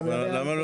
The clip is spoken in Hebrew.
אתה מדבר על